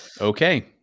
Okay